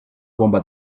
bomba